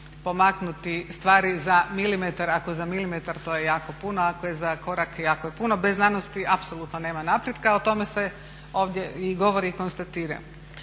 pomaknuti stvari za milimetar, ako za milimetar to je jako puno, ako je za korak jako je puno. Bez znanosti apsolutno nema napretka, o tome se ovdje i govori i konstatira.